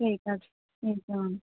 ਠੀਕ ਐ ਜੀ ਠੀਕ ਐ ਮੈਮ